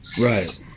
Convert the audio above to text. Right